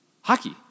hockey